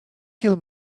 kill